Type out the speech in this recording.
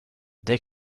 they